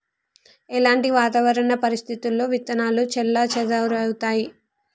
ఎలాంటి వాతావరణ పరిస్థితుల్లో విత్తనాలు చెల్లాచెదరవుతయీ?